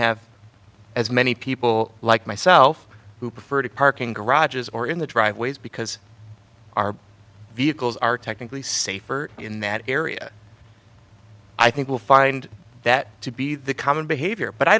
have as many people like myself who preferred parking garages or in the driveways because our vehicles are technically safer in that area i think we'll find that to be the common behavior but i